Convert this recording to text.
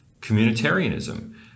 communitarianism